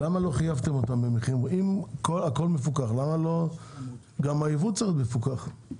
אם הכול מפוקח, גם הייבוא צריך להיות מפוקח.